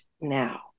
now